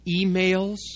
Emails